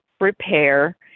repair